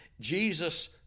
Jesus